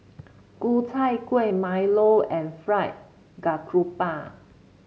Ku Chai Kuih Milo and Fried Garoupa